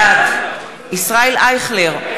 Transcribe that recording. בעד ישראל אייכלר,